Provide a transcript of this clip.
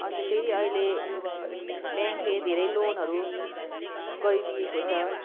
अन्त फेरि अहिले ब्याङ्कले धेरै लोनहरू गरिदिएको छ